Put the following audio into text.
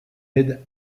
aide